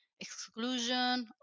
exclusion